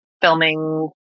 filming